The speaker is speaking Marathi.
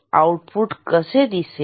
आउटपुट कसे दिसेल